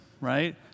right